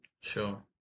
Sure